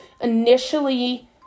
initially